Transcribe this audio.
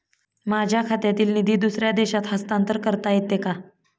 माझ्या खात्यातील निधी दुसऱ्या देशात हस्तांतर करता येते का?